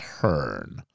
turn